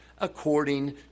according